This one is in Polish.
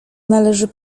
należy